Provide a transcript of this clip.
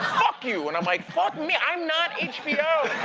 fuck you! and i'm like, fuck me. i'm not hbo.